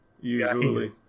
usually